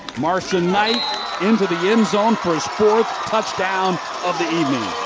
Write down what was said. marson-knight into the end zone for his fourth touchdown of the evening!